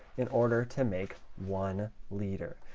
in order to make one liter.